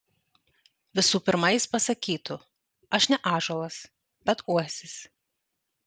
visų pirma jis pasakytų aš ne ąžuolas bet uosis